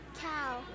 Cow